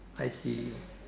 I see